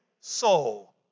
soul